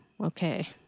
okay